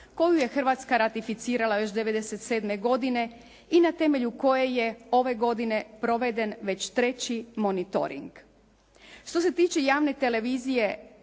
koju je Hrvatska ratificirala još '97. godine i na temelju koje je ove godine proveden već treći monitoring. Što se tiče javne televizije,